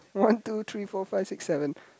one two three four five six seven